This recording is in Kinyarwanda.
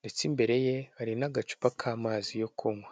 ndetse imbere ye hari n'agacupa k'amazi yo kunywa.